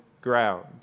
ground